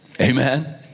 Amen